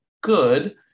good